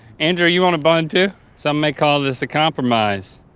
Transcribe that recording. andrew you want a bun, too? some may call this a compromise,